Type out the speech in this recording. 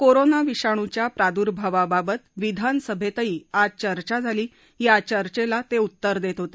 corona विषाणूच्या प्रादुर्भावाबत विधानसभेतही आज चर्चा झाली या चर्चेला ते उत्तर देत होते